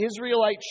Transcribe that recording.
Israelite